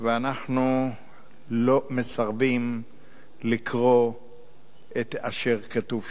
ואנחנו מסרבים לקרוא את אשר כתוב שם.